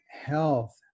health